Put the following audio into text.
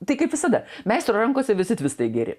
tai kaip visada meistro rankose visi tvistai geri